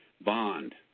Bond